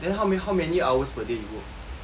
then how many how many hours per day you work